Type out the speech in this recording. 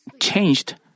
changed